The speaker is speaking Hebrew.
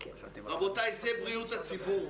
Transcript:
רבותיי, זה בריאות הציבור.